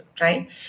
right